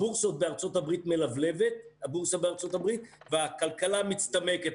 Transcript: הבורסה בארצות הברית מלבלבת והכלכלה מצטמקת.